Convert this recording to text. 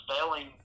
failing